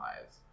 lives